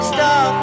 Stop